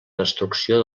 destrucció